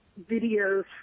videos